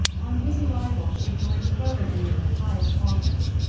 on his arrival she joined fervently in the pious office,